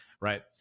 right